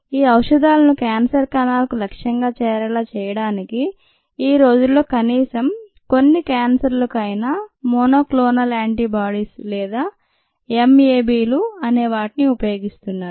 ఈ ఔషధాలను క్యాన్సర్ కణాలకు లక్ష్యంగా చేరేలా చేయడానికి ఈ రోజుల్లో కనీసం కొన్ని క్యాన్సర్ లకు అయినా మోనోక్లోనల్ యాంటీబాడీస్ లేదా ఎమ్ ఎబిలు అనేవాటిని ఉపయోగిస్తున్నారు